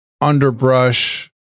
underbrush